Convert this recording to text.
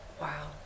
wow